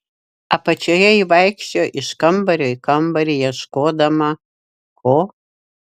apačioje ji vaikščiojo iš kambario į kambarį ieškodama ko